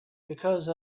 because